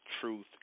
Truth